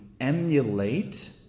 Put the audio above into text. emulate